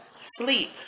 sleep